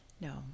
No